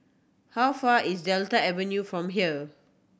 how far is Delta Avenue from here